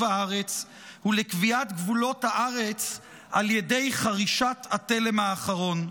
הארץ ולקביעת גבולות הארץ על ידי חרישת התלם האחרון.